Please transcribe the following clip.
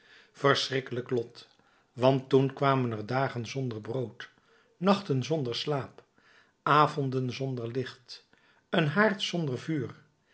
verschrikkelijk lot want toen kwamen er dagen zonder brood nachten zonder slaap avonden zonder licht een haard zonder vuur